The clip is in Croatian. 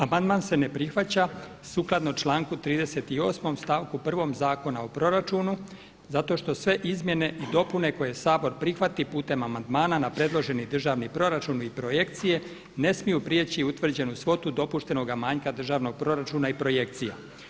Amandman se ne prihvaća sukladno članku 38. stavku 1. Zakona o proračunu zato što sve izmjene i dopune koje Sabor prihvati putem amandmana na predloženi državni proračun i projekcije ne smiju prijeći utvrđenu svotu dopuštenoga manjka državnog proračuna i projekcija.